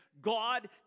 God